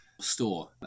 store